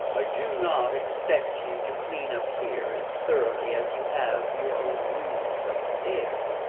i do not expect you to clean up here as thoroughly as you have your own rooms up stairs,